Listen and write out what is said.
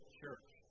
church